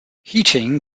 heating